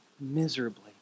miserably